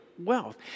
wealth